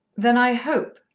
then i hope,